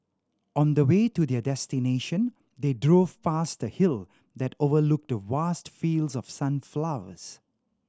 on the way to their destination they drove past a hill that overlooked vast fields of sunflowers